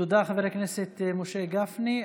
תודה, חבר הכנסת משה גפני.